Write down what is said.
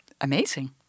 Amazing